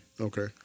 Okay